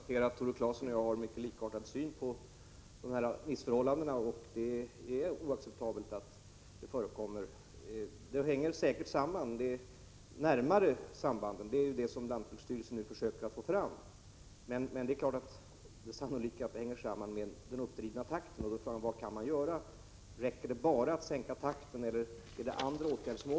Herr talman! Jag tror att vi kan konstatera att Tore Claeson och jag har en mycket likartad syn på dessa missförhållanden, som är oacceptabla. De närmare sambanden försöker lantbruksstyrelsen nu få fram, men det är sannolikt att den högt uppdrivna takten är en av orsakerna. Frågan är då vad man kan göra. Räcker det med att enbart sänka takten eller måste också andra åtgärder till?